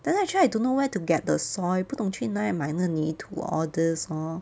then actually I don't know where to get the soil 不懂去哪里买那个泥土 all these lor